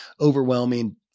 overwhelming